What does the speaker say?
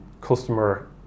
customer